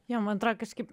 jonž man atrodo kažkaip